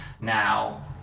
now